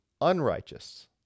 unrighteous